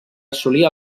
assolí